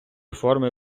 форми